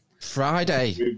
Friday